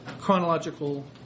chronological